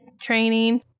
training